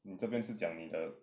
你这边是讲你的